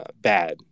bad